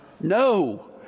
No